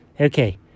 Okay